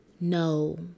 no